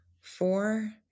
four